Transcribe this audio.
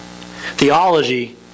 Theology